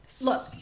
look